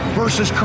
versus